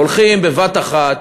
הולכים בבת-אחת,